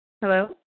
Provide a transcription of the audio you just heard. Hello